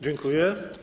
Dziękuję.